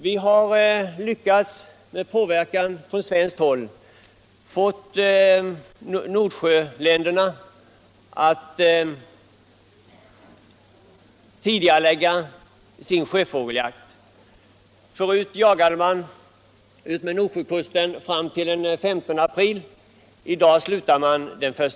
Vi har genom påverkan från svenskt håll lyckats förmå Nordsjöländerna att tidigarelägga sin sjöfågeljakt. Förut jagade man utmed Nordsjökusten fram till den 15 april. Numera upphör jakten den 1 mars.